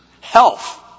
health